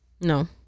no